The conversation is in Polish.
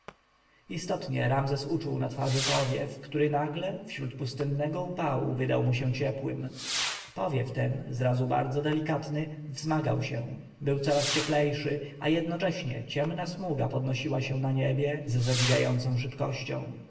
istotnie ramzes uczuł na twarzy powiew który nagle wśród pustynnego upału wydał mu się ciepłym powiew ten zrazu bardzo delikatny wzmagał się był coraz cieplejszy a jednocześnie ciemna smuga podnosiła się na niebie z zadziwiającą szybkością